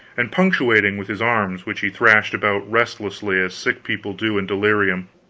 and punctuating with his arms, which he thrashed about, restlessly, as sick people do in delirium.